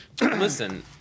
Listen